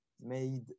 made